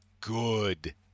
good